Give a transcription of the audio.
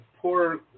poor